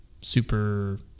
super